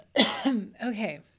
Okay